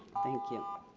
thank you.